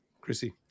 Chrissy